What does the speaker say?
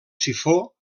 sifó